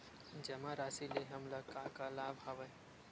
जमा राशि ले हमला का का लाभ हवय?